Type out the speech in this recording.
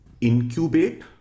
incubate